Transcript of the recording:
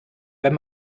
wenn